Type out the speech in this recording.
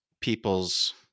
people's